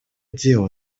дело